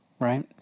right